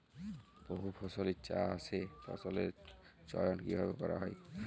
বহুফসলী চাষে ফসলের চয়ন কীভাবে করা হয়?